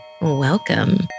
welcome